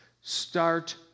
Start